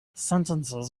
sentences